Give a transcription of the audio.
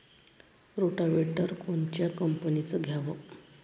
Rotavator कोनच्या कंपनीचं घ्यावं?